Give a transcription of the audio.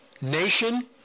nation